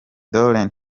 darren